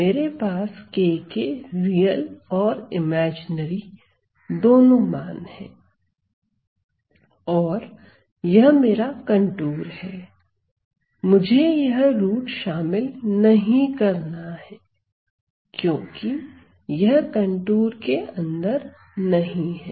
मेरे पास k के रियल और इमेजिनरी दोनों मान है और यह मेरा कंटूर है मुझे यह रूट शामिल नहीं करना है क्योंकि यह कंटूर के अंदर नहीं है